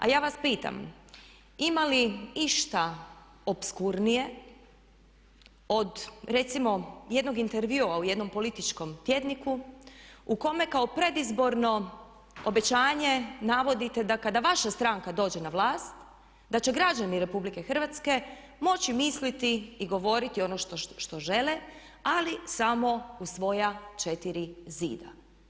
Ali ja vas pitam ima li išta opskurnije od recimo jednog intervjua u jednom političkom tjedniku u kome kao predizborno obećanje navodite da kada vaša stranka dođe na vlast da će građani RH moći misliti i govoriti ono što žele ali samo u svoja četiri zida.